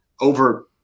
over